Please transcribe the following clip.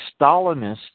Stalinist